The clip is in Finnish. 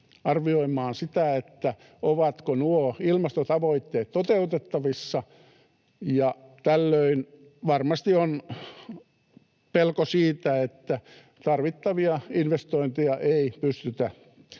arvioimaan sitä, ovatko nuo ilmastotavoitteet toteutettavissa, ja tällöin varmasti on pelko siitä, että tarvittavia investointeja eivät